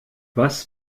was